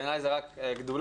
בעיניי זה רק גדולה.